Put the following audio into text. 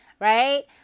right